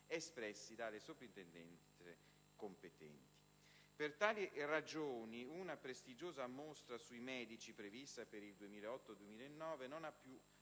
espressi dalle soprintendenze competenti. Per tali ragioni, una prestigiosa mostra sui Medici, prevista per il 2008-2009, non ha più